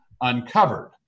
uncovered